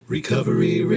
Recovery